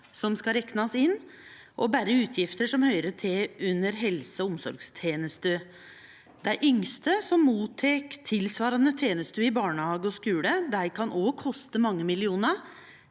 som skal reknast inn, og berre utgifter som høyrer til under helse- og omsorgstenester. Dei yngste som får tilsvarande tenester i barnehage og skule, kan òg koste mange millionar,